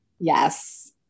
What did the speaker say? Yes